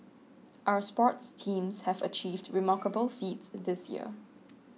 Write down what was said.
our sports teams have achieved remarkable feats this year